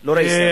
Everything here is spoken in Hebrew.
לא ראיתי שר.